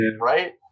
right